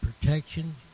protection